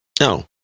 No